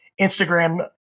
Instagram